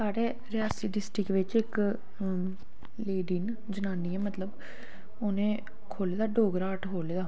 साढ़े रियासी डिस्ट्रिक्ट बिच्च इक लेडी न जनानी ऐ मतलब उ'नें खोल्ले दा डोगरा हट खोल्ले दा